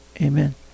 Amen